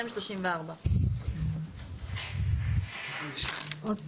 לסעיף 262(34). עוד פעם?